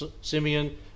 Simeon